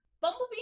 Bumblebee